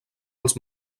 als